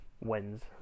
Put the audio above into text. wins